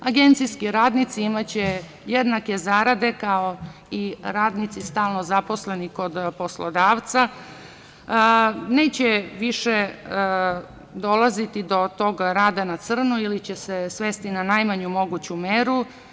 Agencijski radnici imaće jednake zarade kao i radnici stalno zaposleni kod poslodavca neće više dolaziti do toga rada na crno, ili će svesti na najmanju moguću meru.